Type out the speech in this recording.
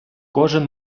кожен